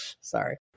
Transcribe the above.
Sorry